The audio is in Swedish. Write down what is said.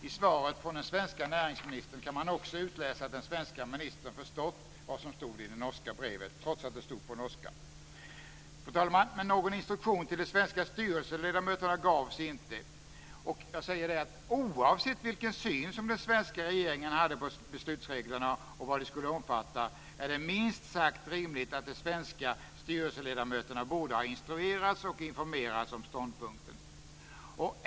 I svaret från den svenska näringsministern kan man också utläsa att den svenska ministern förstått vad som stod i det norska brevet, trots att det stod på norska. Fru talman! Men någon instruktion till de svenska styrelseledamöterna gavs inte. Oavsett vilken syn som den svenska regeringen hade på beslutsreglerna och vad de skulle omfatta är det minst sagt rimligt att de svenska styrelseledamöterna borde ha instruerats och informerats om ståndpunkten.